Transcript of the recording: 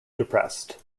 depressed